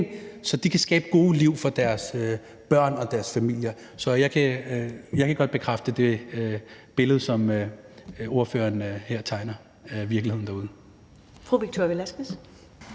så de kan skabe gode liv for deres børn og familie. Så jeg kan godt bekræfte det billede af virkeligheden derude,